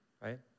right